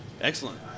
Excellent